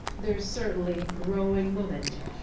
there's certainly growing momentum.